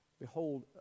behold